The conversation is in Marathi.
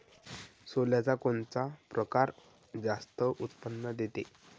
सोल्याचा कोनता परकार जास्त उत्पन्न देते?